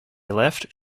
left